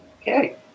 Okay